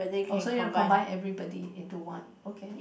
oh so you want to combine everybody into one okay